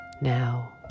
Now